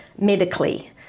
medically